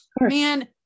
man